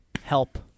Help